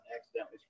accidentally